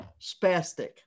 spastic